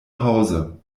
hause